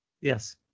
Yes